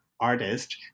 artist